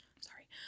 sorry